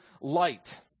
light